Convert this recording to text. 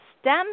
stem